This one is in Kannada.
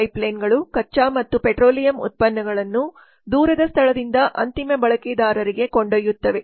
ಪೈಪ್ಲೈನ್ಗಳು ಕಚ್ಚಾ ಮತ್ತು ಪೆಟ್ರೋಲಿಯಂ ಉತ್ಪನ್ನಗಳನ್ನು ದೂರದ ಸ್ಥಳದಿಂದ ಅಂತಿಮ ಬಳಕೆದಾರರಿಗೆ ಕೊಂಡೊಯ್ಯುತ್ತವೆ